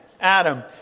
Adam